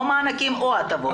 ונכנס באחת החלופות,